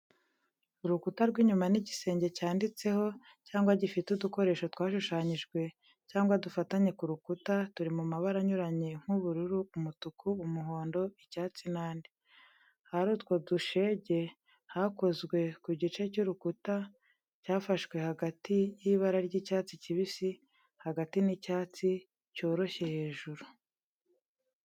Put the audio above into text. Urukuta rw’inyuma n’igisenge cyanditseho cyangwa gifite udukoresho twashushanyijwe cyangwa dufatanye ku rukuta, turi mu mabara anyuranye nk'ubururu, umutuku, umuhondo, icyatsi n’andi. Ahari utwo dushege hakozwe ku gice cy’urukuta cyafashwe hagati y’ibara ry’icyatsi kibisi hagati n’icyatsi cyoroshye hejuru.